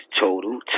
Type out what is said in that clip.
total